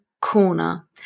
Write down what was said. corner